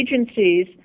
agencies